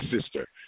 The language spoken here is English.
sister